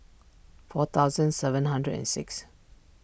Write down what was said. four thousand seven hundred and six